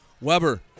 Weber